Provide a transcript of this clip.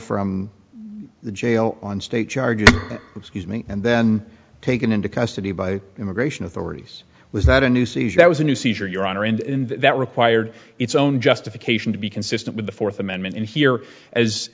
from the jail on state charges excuse me and then taken into custody by immigration authorities was that a new seizure that was a new seizure your honor and that required its own justification to be consistent with the fourth amendment and here as